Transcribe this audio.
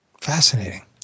Fascinating